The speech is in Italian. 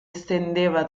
estendeva